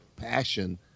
passion